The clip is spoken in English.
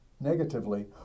negatively